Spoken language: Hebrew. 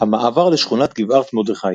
המעבר לשכונת גבעת מרדכי